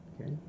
okay